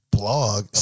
blog